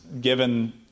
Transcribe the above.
given